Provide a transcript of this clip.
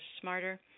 smarter